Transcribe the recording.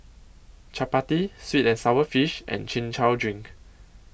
Chappati Sweet and Sour Fish and Chin Chow Drink